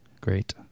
Great